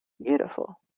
Beautiful